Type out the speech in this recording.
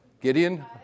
gideon